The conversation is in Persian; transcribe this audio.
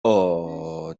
اوه